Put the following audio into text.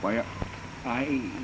why i